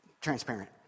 transparent